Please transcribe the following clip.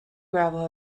gravel